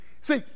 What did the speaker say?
see